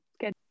good